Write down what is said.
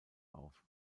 auf